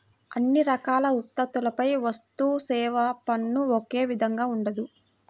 అన్ని రకాల ఉత్పత్తులపై వస్తుసేవల పన్ను ఒకే విధంగా ఉండదు